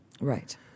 Right